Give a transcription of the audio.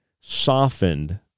softened